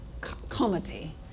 comedy